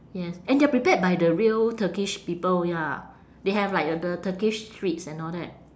yes and they are prepared by the real turkish people ya they have like uh the turkish streets and all that